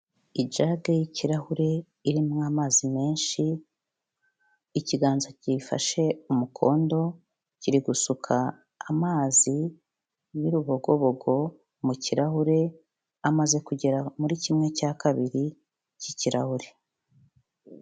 Ijage y'ikirahure irimo amazi menshi, ikiganza kiyifashe umukondo, kiri gusuka amazi y'urubogobogo mu kirahure, amaze kugera muri kimwe cya kabiri cy'ikirahure.